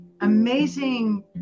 amazing